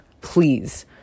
please